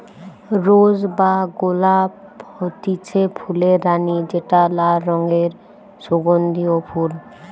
rose বা গোলাপ হতিছে ফুলের রানী যেটা লাল রঙের সুগন্ধিও ফুল